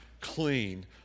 clean